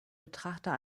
betrachter